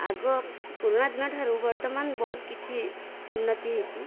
ଆଗ ପୁରୁଣା ଦିନଠାରୁ ବର୍ତ୍ତମାନ ବହୁତ କିଛି ଉନ୍ନତି ହୋଇଛି